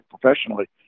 professionally